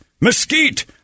mesquite